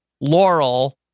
Laurel